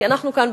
כי אנחנו כאן,